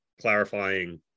clarifying